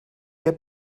heb